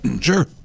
Sure